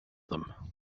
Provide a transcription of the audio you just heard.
them